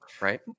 right